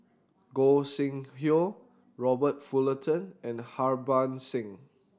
Gog Sing Hooi Robert Fullerton and Harbans Singh